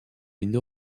une